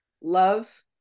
love